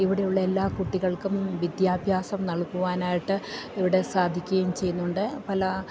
ഇവിടെയുള്ള എല്ലാ കുട്ടികൾക്കും വിദ്യാഭ്യാസം നൽകുവാനായിട്ട് ഇവിടെ സാധിക്കുകയും ചെയ്യുന്നുണ്ട് പല